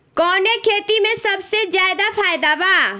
कवने खेती में सबसे ज्यादा फायदा बा?